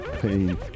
pain